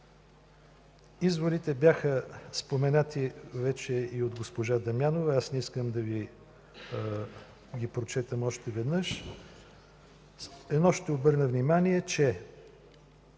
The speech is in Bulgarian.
Изводите бяха споменати вече и от госпожа Дамянова. Аз не искам да ги прочитам още веднъж. Ще обърна внимание на